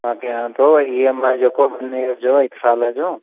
मां कयां थो ऐं ई एम आई जेको बि इनजो हिक साल जो